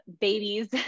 babies